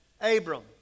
Abram